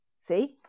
See